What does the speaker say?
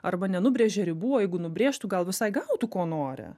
arba nenubrėžia ribų o jeigu nubrėžtų gal visai gautų ko nori